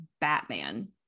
Batman